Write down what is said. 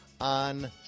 on